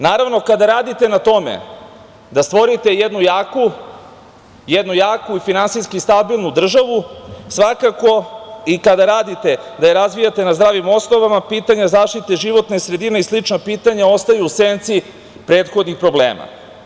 Naravno, kada radite na tome da stvorite jednu jaku i finansijski stabilnu državu svakako i kada radite da je razvijate na zdravim osnovama pitanja zaštite životne sredine i slična pitanja ostaju u senci prethodnih problema.